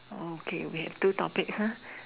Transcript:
okay okay two topic [huh]